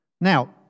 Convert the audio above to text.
Now